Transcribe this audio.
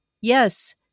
Yes